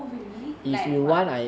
oh really like what